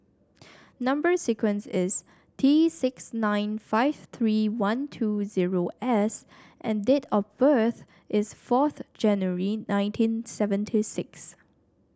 number sequence is T six nine five three one two zero S and date of birth is fourth January nineteen seventy six